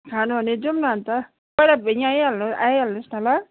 खानु भने जाऔँ न अनि त तर अब यहाँ आइहाल्नु आइहाल्नुहोस् ल